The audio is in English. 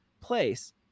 place